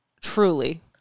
truly